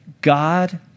God